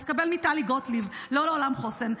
אז קבל מטלי גוטליב "לא לעולם חוסן".